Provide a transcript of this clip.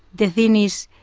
the thing is,